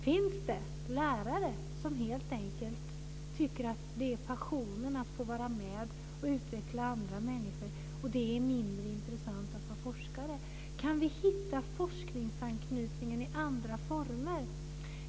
Finns det lärare som helt enkelt tycker att det är passionen att få vara med och utveckla andra människor och att det är mindre intressant att få vara forskare? Kan vi hitta forskningsanknytningen i andra former?